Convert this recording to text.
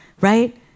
right